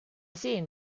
sehen